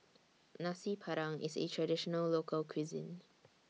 Nasi Padang IS A Traditional Local Cuisine